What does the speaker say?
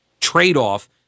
trade-off